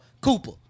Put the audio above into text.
Cooper